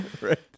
right